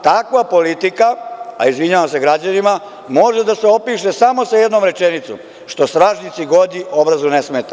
Takva politika, a izvinjavam se građanima, može da se opiše samo sa jednom rečenicom – što stražnjici godi, obrazu ne smeta.